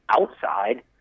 outside